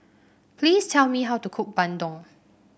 please tell me how to cook bandung